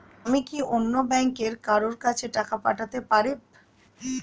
আমি কি অন্য ব্যাংকের কারো কাছে টাকা পাঠাতে পারেব?